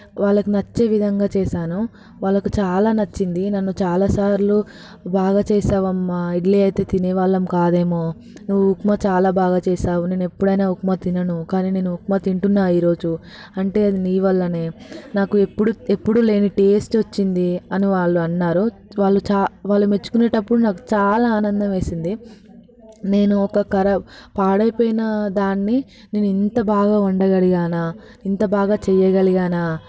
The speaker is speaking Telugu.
వాళ్ళకు నచ్చే విధంగా చేసాను వాళ్ళకు చాలా నచ్చింది నన్ను చాలాసార్లు బాగా చేసావమ్మా ఇడ్లీ అయితే తినేవాళ్ళము కాదేమో నువ్వు ఉప్మా చాలా బాగా చేసావు నేను ఎప్పుడైనా ఉప్మా తినను కానీ నేను ఉప్మా తింటున్నాను ఈ రోజు అంటే అది నీ వల్లనే నాకు ఎప్పుడూ ఎప్పుడూ లేని టేస్ట్ వచ్చింది అని వాళ్ళు అన్నారు వాళ్ళు చా వాళ్ళు మెచ్చుకునేటప్పుడు నాకు చాలా ఆనందం వేసింది నేను ఒక కరాబ్ పాడైపోయిన దాన్ని నేను ఇంత బాగా వండగలిగానా ఇంత బాగా చేయగలిగానా